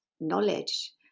knowledge